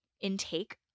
intake